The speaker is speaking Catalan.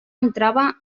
entrava